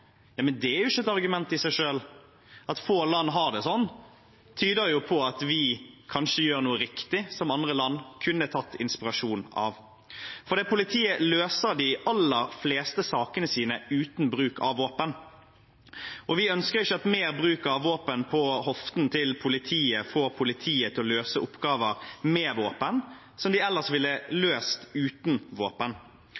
men det er jo ikke et argument i seg selv. At få land har det slik, tyder jo på at vi kanskje gjør noe riktig, som andre land kunne hentet inspirasjon fra. Politiet løser de aller fleste sakene sine uten bruk av våpen. Vi ønsker ikke at mer bruk av våpen på hoften til politiet får politiet til å løse oppgaver som de ellers ville